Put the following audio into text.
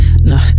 Nah